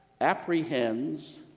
apprehends